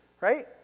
right